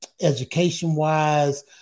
education-wise